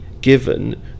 given